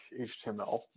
html